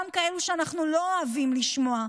כאלה שאנחנו לא אוהבים לשמוע,